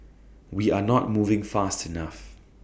we are not moving fast enough